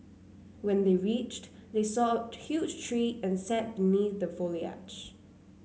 when they reached they saw huge tree and sat beneath the foliage